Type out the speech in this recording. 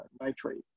nitrate